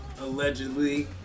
allegedly